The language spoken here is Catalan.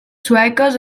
sueques